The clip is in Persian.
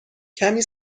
کمی